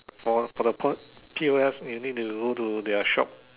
for for the PO~ P_O_S you need to go to their shop